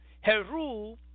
Heru